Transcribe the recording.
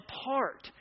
apart